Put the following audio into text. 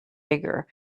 bigger